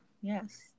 yes